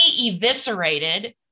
eviscerated